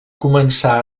començar